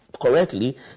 correctly